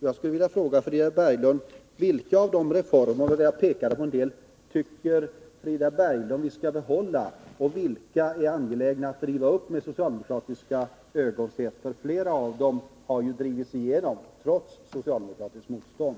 Jag skulle vilja ställa en fråga till Frida Berglund. Jag pekade på en del reformer. Vilka av dem tycker Frida Berglund att vi skall behålla och vilka är det angeläget att riva upp, med socialdemokratiska ögon sgtt? Flera av dem har ju drivits igenom trots socialdemokratiskt motstånd.